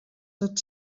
tot